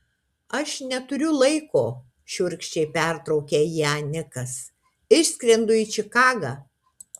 aš neturiu laiko šiurkščiai pertraukė ją nikas išskrendu į čikagą